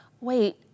wait